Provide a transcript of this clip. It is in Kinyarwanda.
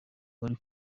bari